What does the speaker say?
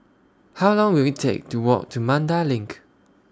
How Long Will IT Take to Walk to Mandai LINK